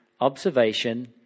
Observation